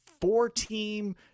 four-team